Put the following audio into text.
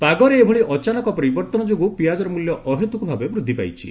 ପାଗରେ ଏଭଳି ଅଚାନକ ପରିବର୍ତ୍ତନ ଯୋଗୁଁ ପିଆଜର ମୂଲ୍ୟ ଅହେତୁକ ଭାବେ ବୃଦ୍ଧି ପାଇଛି